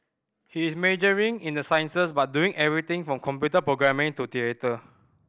he is majoring in the sciences but doing everything from computer programming to theatre